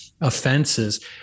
offenses